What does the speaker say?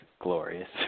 glorious